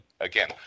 again